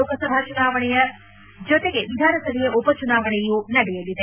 ಲೋಕಸಭಾ ಚುನಾವಣೆಯ ಜೊತೆಗೆ ವಿಧಾನಸಭೆಯ ಉಪಚುನಾವಣೆಯು ನಡೆಯಲಿದೆ